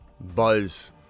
Buzz